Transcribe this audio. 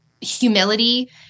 humility